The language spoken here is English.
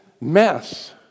mess